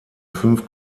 fünf